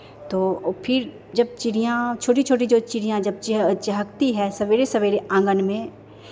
तो फिर जब चिड़ियाँ छोटी छोटी जो चिड़ियाँ जब चिह चहकती हैं सवेरे सवेरे आंगन में